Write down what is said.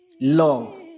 Love